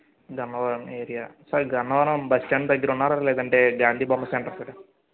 Gannavaram area sir Gannavaram bus stand దగ్గరున్నారా లేదంటే గాంధీ బొమ్మ సెంటర్ కాడా